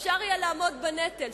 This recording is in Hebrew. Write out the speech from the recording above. אפשר יהיה לעמוד בנטל,